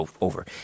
over